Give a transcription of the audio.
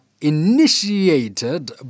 initiated